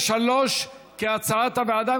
ו-3 כהצעת הוועדה,